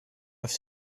have